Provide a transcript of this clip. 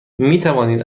میتوانید